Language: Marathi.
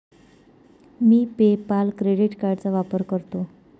मी पे पाल क्रेडिट कार्डचा वापर करतो